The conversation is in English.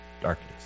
darkness